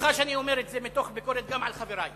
סליחה שאני אומר את זה מתוך ביקורת גם על חברי,